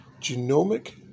Genomic